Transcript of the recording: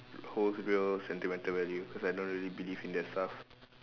holds real sentimental value cause I don't really believe in that stuff